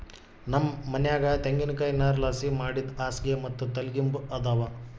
ನಮ್ ಮನ್ಯಾಗ ತೆಂಗಿನಕಾಯಿ ನಾರ್ಲಾಸಿ ಮಾಡಿದ್ ಹಾಸ್ಗೆ ಮತ್ತೆ ತಲಿಗಿಂಬು ಅದಾವ